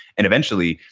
and eventually,